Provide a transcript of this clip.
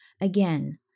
Again